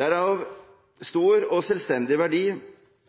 Det er av stor og selvstendig verdi